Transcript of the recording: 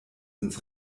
ins